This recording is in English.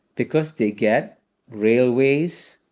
because they get railways,